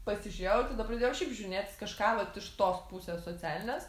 pasižiūrėjau tada pradėjau šiaip žiūrinėtis kažką vat iš tos pusės socialines